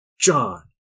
john